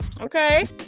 okay